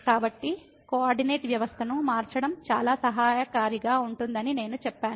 కాబట్టి కోఆర్డినేట్ వ్యవస్థను మార్చడం చాలా సహాయకారిగా ఉంటుందని నేను చెప్పాను